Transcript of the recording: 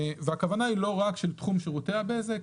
והכוונה היא לא רק של תחום שירותי הבזק,